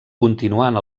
continuant